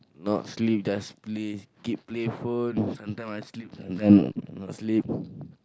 not sleep just play keep play phone sometimes I sleep sometimes I not sleep